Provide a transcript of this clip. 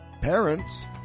parents